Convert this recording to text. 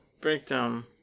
breakdown